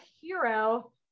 hero